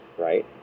Right